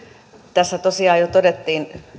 tässä tosiaan jo todettiin